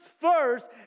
first